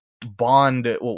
bond